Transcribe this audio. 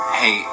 hey